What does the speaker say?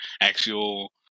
actual